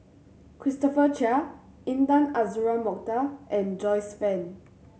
Christopher Chia Intan Azura Mokhtar and Joyce Fan